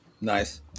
nice